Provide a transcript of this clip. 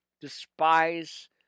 despise